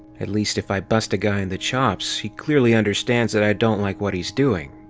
at least if i bust a guy in the chops, he clearly understands that i don't like what he s doing.